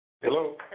Hello